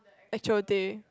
actual day